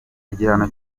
igihano